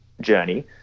journey